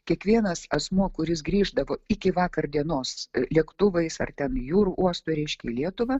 kiekvienas asmuo kuris grįždavo iki vakar dienos lėktuvais ar ten jūrų uostu reiškia į lietuvą